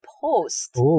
Post